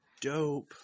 dope